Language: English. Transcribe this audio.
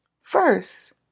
first